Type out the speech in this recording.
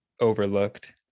overlooked